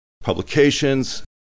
publications